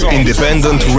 independent